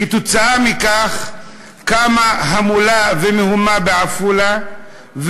כתוצאה מכך קמה המולה ומהומה בעפולה,